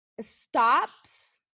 stops